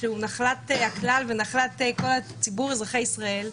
שהוא נחלת הכלל ונחלת כל ציבור אזרחי ישראל,